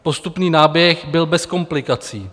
Postupný náběh byl bez komplikací.